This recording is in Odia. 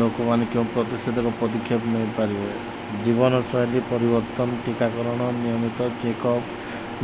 ଲୋକମାନେ ପ୍ରତିଷେଧକ ପଦକ୍ଷେପ ନେଇପାରିବେ ଜୀବନ ଶୈଳୀ ପରିବର୍ତ୍ତନ ଟୀକାକରଣ ନିୟମିତ ଚେକ୍ ଅପ୍